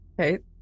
okay